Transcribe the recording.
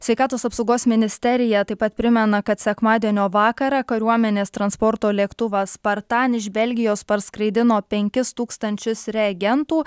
sveikatos apsaugos ministerija taip pat primena kad sekmadienio vakarą kariuomenės transporto lėktuvas spartan iš belgijos parskraidino penkis tūkstančius reagentų